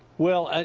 well, and